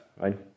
right